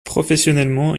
professionnellement